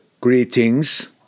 Greetings